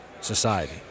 society